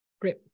Great